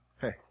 hey